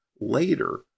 Later